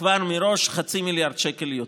כבר מראש חצי מיליארד שקל יותר.